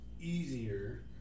easier